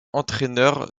entraîneur